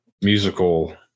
musical